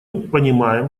понимаем